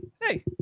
Hey